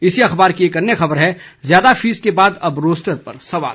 इसी अखबार की एक अन्य खबर है ज्यादा फीस के बाद अब रोस्टर पर सवाल